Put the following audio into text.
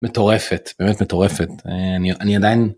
מטורפת, באמת מטורפת. אני עדיין...